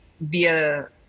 via